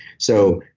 so,